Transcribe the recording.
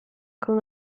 con